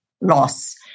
loss